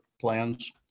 plans